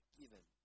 given